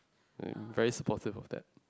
very supportive of that